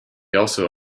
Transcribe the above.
also